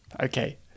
Okay